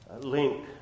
link